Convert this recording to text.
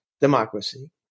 democracy